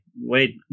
wait